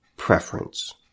preference